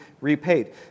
repaid